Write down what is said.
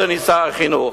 אדוני שר החינוך,